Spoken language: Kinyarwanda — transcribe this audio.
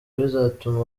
bizatuma